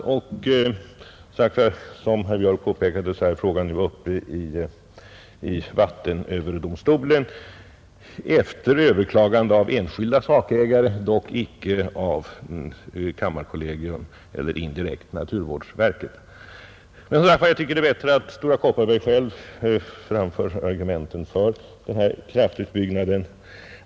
Som herr Björk påpekade, är frågan nu uppe i vattenöverdomstolen, efter överklagande av enskilda sakägare, dock icke av kammarkollegiet eller indirekt naturvårdsverket. Jag tycker att det är bättre att Stora Kopparberg framför argumenten för kraftverksutbyggnaden.